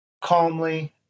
Calmly